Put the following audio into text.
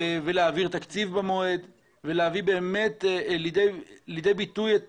להעביר תקציב במועד ולהביא לידי ביטוי את